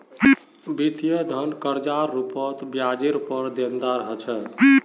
वित्तीय धन कर्जार रूपत ब्याजरेर पर देनदार ह छे